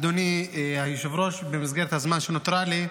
אדוני היושב-ראש, במסגרת הזמן שנותר לי,